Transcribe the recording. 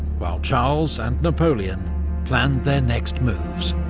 while charles and napoleon planned their next moves.